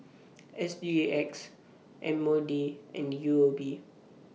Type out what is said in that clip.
S G X M O D and U O B